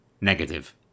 negative